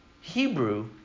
Hebrew